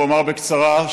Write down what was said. ואומר בקצרה,